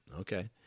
okay